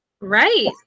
Right